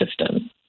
system